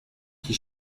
qui